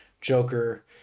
Joker